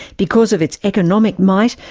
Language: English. because of its economic might,